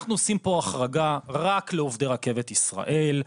אנחנו עושים פה החרגה רק לעובדי רכבת ישראל,